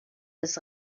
des